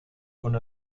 con